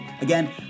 Again